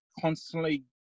constantly